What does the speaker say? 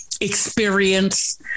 experience